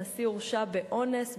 הנשיא הורשע באונס,